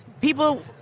people